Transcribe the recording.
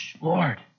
Lord